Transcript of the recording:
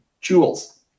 jewels